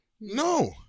No